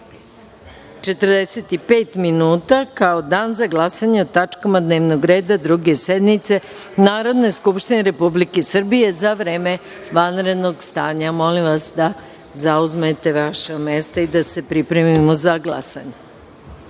45 minuta, kao Dan za glasanje o tačkama dnevnog reda Druge sednice Narodne skupštine Republike Srbije za vreme vanrednog stanja. Molim vas da zauzmete vaša mesta i da se pripremimo za glasanje. Poštovane